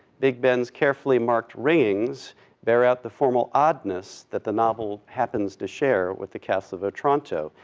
big ben's carefully marked ringings bear out the formal oddness that the novel happens to share with the castle of otranto,